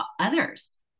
others